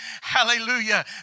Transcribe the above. hallelujah